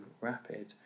rapid